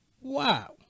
wow